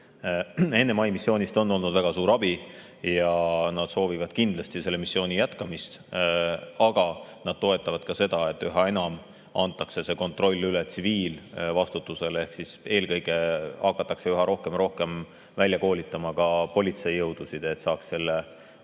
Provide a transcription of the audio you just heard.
abi. NMI missioonist on olnud väga suur abi ja nad soovivad kindlasti selle jätkamist. Aga nad toetavad ka seda, et üha enam antakse kontroll üle tsiviilvastutusele. Eelkõige hakatakse üha rohkem välja koolitama ka politseijõudusid, et saaks selle